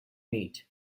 meat